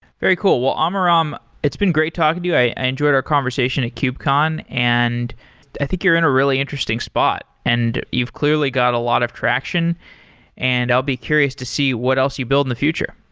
very cool. well, amiram, it's been great talking to you. i enjoyed our conversation at kubecon, and i think you're in a really interesting spot and you've clearly got a lot of traction and i'll be curious to see what else you build in the future.